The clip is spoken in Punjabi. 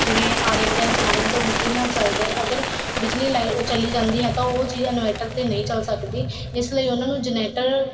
ਜਿਵੇਂ ਆਰੇ ਵਗੈਰਾ ਚਲਾਉਣੇ ਹੁੰਦੇ ਤਾਂ ਉਹ ਬਿਜਲੀ ਨਾਲ ਚੱਲਦੇ ਆ ਅਗਰ ਬਿਜਲੀ ਲਾਇ ਚਲੀ ਜਾਂਦੀ ਹੈ ਤਾਂ ਉਹ ਚੀਜ਼ਾਂ ਇਨਵਰਟਰ 'ਤੇ ਨਹੀਂ ਚੱਲ ਸਕਦੀ ਇਸ ਲਈ ਉਹਨਾਂ ਨੂੰ ਜਨਰੇਟਰ